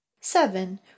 Seven